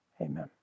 amen